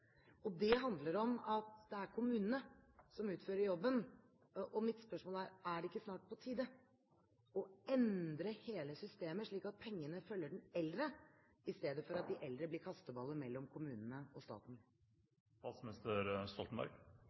sa. Det handler om at det er kommunene som utfører jobben. Mitt spørsmål er: Er det ikke snart på tide å endre hele systemet, slik at pengene følger den eldre, i stedet for at de eldre blir kasteballer mellom kommunene og